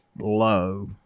low